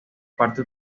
parte